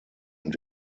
und